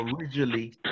originally